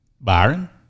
Byron